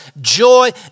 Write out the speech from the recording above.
joy